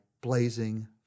blazing